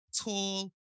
tall